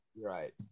Right